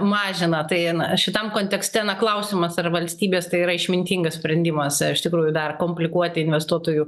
mažina tai na šitam kontekste klausimas ar valstybės tai yra išmintingas sprendimas iš tikrųjų dar komplikuoti investuotojų